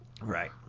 right